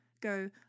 go